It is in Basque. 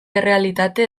errealitate